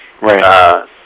Right